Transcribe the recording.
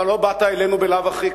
אתה לא באת אלינו בלאו הכי,